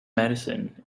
medicine